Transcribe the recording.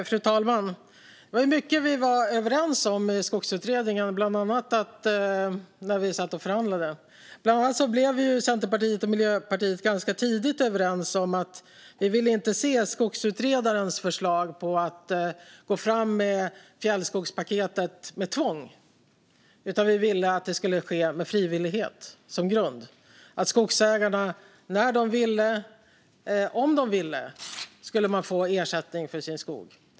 Fru talman! Det var mycket vi var överens om i Skogsutredningen, bland annat när vi satt och förhandlade. Till exempel blev Centerpartiet och Miljöpartiet ganska tidigt överens om att vi inte ville se skogsutredarens förslag om att gå fram med fjällskogspaketet med tvång. Vi ville att det skulle ske med frivillighet som grund. När de ville och om de ville skulle skogsägarna få ersättning för sin skog.